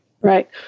Right